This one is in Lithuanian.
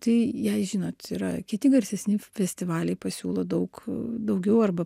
tai jai žinot yra kiti garsesni festivaliai pasiūlo daug daugiau arba